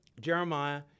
Jeremiah